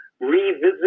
revisit